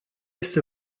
este